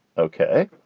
ok.